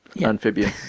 amphibian